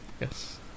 Yes